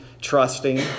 trusting